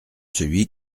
celui